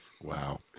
Wow